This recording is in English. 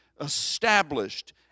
established